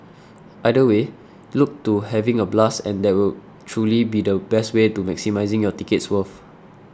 either way look to having a blast and that will truly be the best way to maximising your ticket's worth